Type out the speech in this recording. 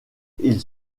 ils